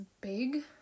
big